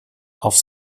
auf